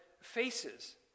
faces